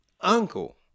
uncle